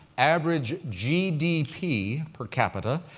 average gdp per capita,